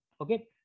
okay